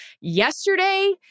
Yesterday